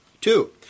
Two